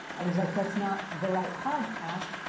i was like, that's not the right podcast.